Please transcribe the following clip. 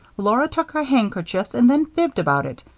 laura took our handkerchiefs and then fibbed about it,